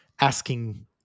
asking